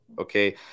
okay